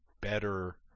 better